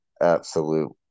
absolute